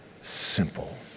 simple